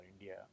India